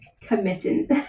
committing